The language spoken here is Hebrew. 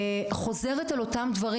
חוזרת על אותם דברים.